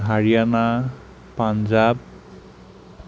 Haryana Punjab